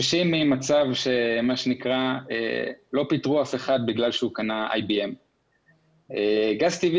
ממצב של מה שנקרא לא פיטרו אף אחד בגלל שהוא קנה IBM. גז טבעי